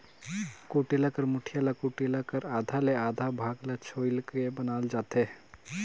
कुटेला कर मुठिया ल कुटेला कर आधा ले आधा भाग ल छोएल के बनाल जाथे